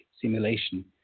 simulation